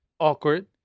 Awkward